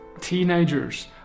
teenagers